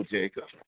Jacob